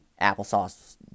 applesauce